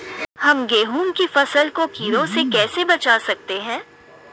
हम गेहूँ की फसल को कीड़ों से कैसे बचा सकते हैं?